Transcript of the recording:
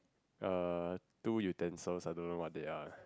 uh two utensils I don't know what they are